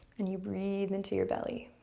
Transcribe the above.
and you breathe into your belly.